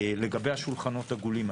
לגבי השולחנות עגולים,